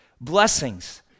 blessings